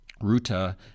Ruta